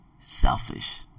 Selfish